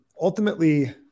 ultimately